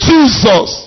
Jesus